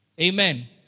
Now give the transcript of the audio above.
Amen